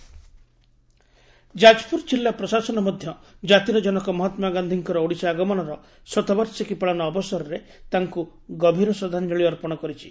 ଗାନ୍ଧୀ ଯାଜପ୍ରର ଯାଜପୁର ଜିଲ୍ଲା ଜିଲ୍ଲା ପ୍ରଶାସନ ମଧ୍ଧ ଜାତିର ଜନକ ମହାତ୍ମା ଗାଧୀଙ୍କର ଓଡ଼ିଶା ଆଗମନର ଶତବାର୍ଷିକୀ ପାଳନ ଅବସରରେ ତାଙ୍କୁ ଗଭୀର ଶ୍ରଦ୍ଧାଞ୍ଞଳି ଅର୍ପଣ କରିଛି